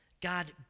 God